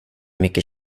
mycket